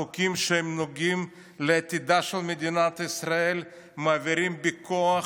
חוקים שנוגעים לעתידה של מדינת ישראל מעבירים בכוח,